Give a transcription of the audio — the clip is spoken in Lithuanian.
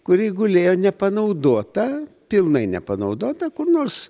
kuri gulėjo nepanaudota pilnai nepanaudota kur nors